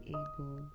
able